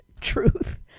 truth